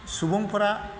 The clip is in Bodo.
सुबुंफोरा